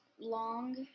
long